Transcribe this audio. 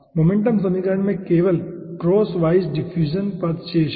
momentum समीकरण में केवल क्रॉस वाइज डिफ्यूजन पद शेष है